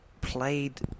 played